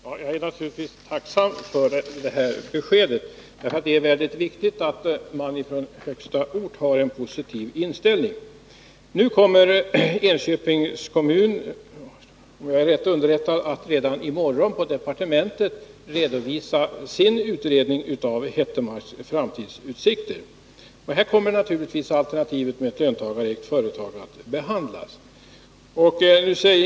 Fru talman! Jag är naturligtvis tacksam för det besked jag här fått, ty det är mycket viktigt att man från högsta ort har en positiv inställning i den fråga det här gäller. Nu kommer företrädare för Enköpings kommun, om jag är rätt underrättad, att redan i morgon på departementet redovisa sin utredning rörande framtidsutsikterna för Hettemarks Konfektions AB. Här kommer naturligtvis alternativet med löntagarägda företag att behandlas.